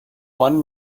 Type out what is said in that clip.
one